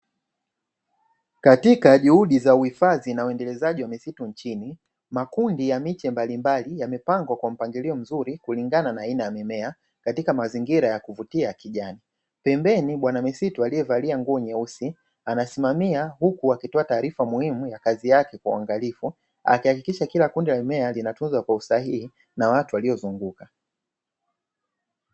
Katika juhudi za uhifadhi na uendelezaji wa misitu nchini makundi ya miche mbalimbali yamepangwa kwa mpangilio mzuri kulingana na aina ya mimea katika mazingira ya kuvutia kijani pembeni bwana misitu aliyevalia nguo nyeusi anasimamia huku wakitoa taarifa muhimu ya kazi yake kuangalia linatunza kwa usahihi na watu waliozunguka